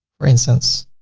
for instance,